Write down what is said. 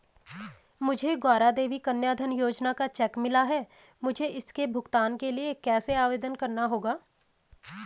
मुझे गौरा देवी कन्या धन योजना का चेक मिला है मुझे इसके भुगतान के लिए कैसे आवेदन करना होगा?